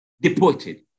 deported